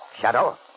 Shadow